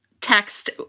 text